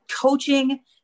Coaching